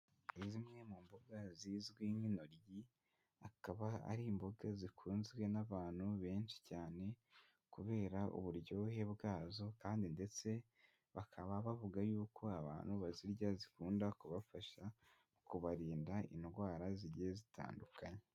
Zimwe mu mboga zizwi nk'intoryi akaba ari imboga zikunzwe n'abantu benshi cyane, kubera uburyohe bwazo kandi ndetse bakaba bavuga yuko abantu bazirya zikunda kubafasha kubarinda indwara zigiye zitandukanye.